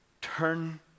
turn